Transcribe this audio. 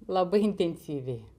labai intensyviai